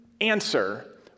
answer